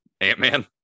Ant-Man